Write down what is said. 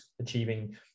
achieving